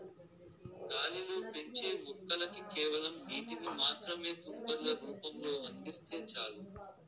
గాలిలో పెంచే మొక్కలకి కేవలం నీటిని మాత్రమే తుంపర్ల రూపంలో అందిస్తే చాలు